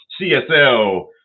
CSL